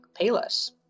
Payless